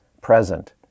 present